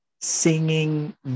singing